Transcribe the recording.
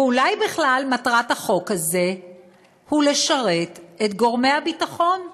ואולי בכלל מטרת החוק הזה היא לשרת את גורמי הביטחון?